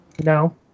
No